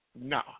no